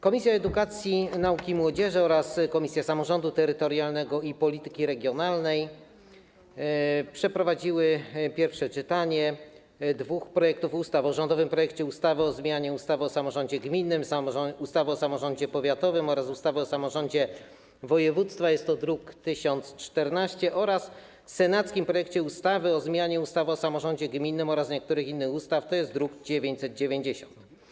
Komisja Edukacji, Nauki i Młodzieży oraz Komisja Samorządu Terytorialnego i Polityki Regionalnej przeprowadziły pierwsze czytanie dwóch projektów ustaw: rządowego projektu ustawy o zmianie ustawy o samorządzie gminnym, ustawy o samorządzie powiatowym oraz ustawy o samorządzie województwa, jest to druk nr 1014, oraz senackiego projektu ustawy o zmianie ustawy o samorządzie gminnym oraz niektórych innych ustaw, to jest druk nr 990.